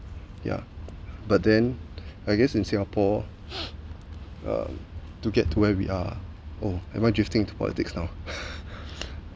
ya but then I guess in singapore uh to get to where we are oh am I drifting into politics now